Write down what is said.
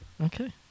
Okay